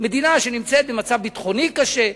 ומדינה שנמצאת במצב ביטחוני קשה.